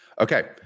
Okay